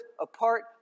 apart